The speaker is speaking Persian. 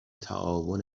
تعاون